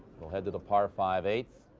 we'll head to the par five-eighth.